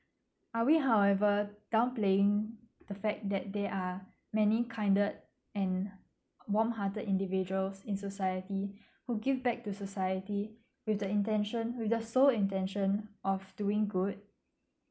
are we however down playing the fact that there are many kinder and warmhearted individuals in society who give back to society with the intention with the sole intention of doing good